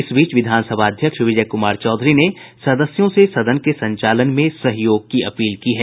इस बीच विधानसभा अध्यक्ष विजय कुमार चौधरी ने सदस्यों से सदन के संचालन में सहयोग की अपील की है